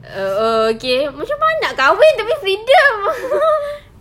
err okay macam mana nak kahwin tapi freedom